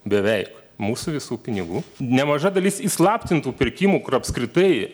beveik mūsų visų pinigų nemaža dalis įslaptintų pirkimų kur apskritai